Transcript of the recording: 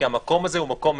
כי המקום הזה הוא מיוחד.